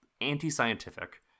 anti-scientific